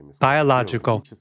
biological